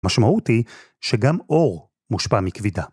משמעות היא שגם אור מושפע מקבידה.